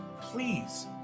Please